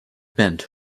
bent